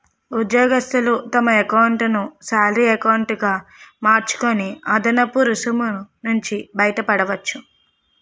ఉద్యోగస్తులు తమ ఎకౌంటును శాలరీ ఎకౌంటు గా మార్చుకొని అదనపు రుసుము నుంచి బయటపడవచ్చు